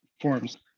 forms